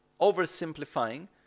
oversimplifying